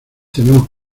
tenemos